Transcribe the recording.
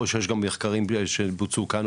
או שיש גם מחקרים שבוצעו כאן,